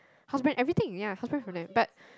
house everything ya house brand for that but